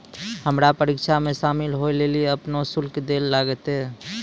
हमरा परीक्षा मे शामिल होय लेली अपनो शुल्क दैल लागतै